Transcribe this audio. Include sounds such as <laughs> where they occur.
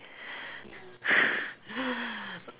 <laughs>